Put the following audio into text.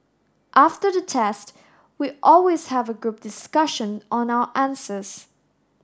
after the test we always have a group discussion on our answers